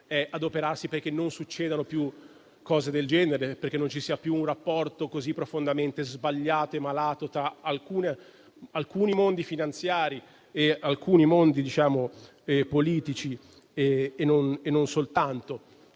adoperarci perché non succedano più cose del genere, perché non ci sia più un rapporto così profondamente sbagliato e malato tra alcuni mondi finanziari e alcuni mondi politici, perché questa